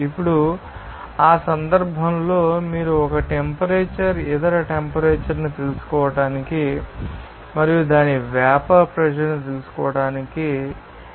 ఇప్పుడు ఆ సందర్భంలో మీరు 1 టెంపరేచర్ ఇతర టెంపరేచర్ను తెలుసుకోవడానికి మరియు దాని వేపర్ ప్రెషర్ న్ని తెలుసుకోవడానికి తెలుసుకోవాలి